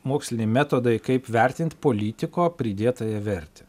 moksliniai metodai kaip vertint politiko pridėtąją vertę